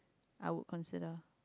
I would consider